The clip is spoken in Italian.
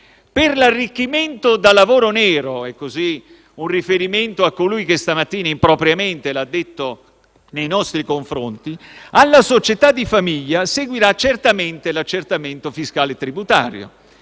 Per l'arricchimento da lavoro nero - e così faccio un riferimento a colui che stamattina impropriamente l'ha detto nei nostri confronti - alla società di famiglia seguirà certamente l'accertamento fiscale e tributario